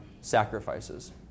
sacrifices